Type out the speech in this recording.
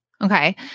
Okay